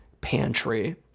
pantry